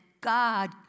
God